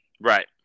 Right